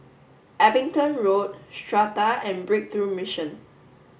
Abingdon Road Strata and Breakthrough Mission